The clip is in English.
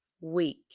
week